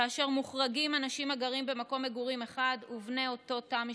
כאשר מוחרגים אנשים הגרים במקום מגורים אחד ובני אותו תא משפחתי.